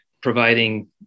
providing